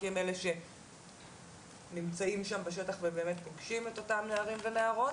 כי הם אלה שנמצאים שם בשטח והם באמת פוגשים את אותם נערים ונערות.